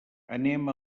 anem